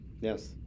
Yes